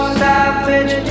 savage